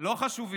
לא חשובים.